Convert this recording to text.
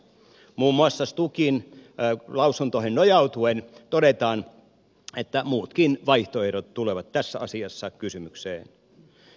muun muassa stukin lausuntoihin nojautuen todetaan että muutkin vaihtoehdot tulevat tässä asiassa kysymykseen